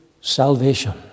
salvation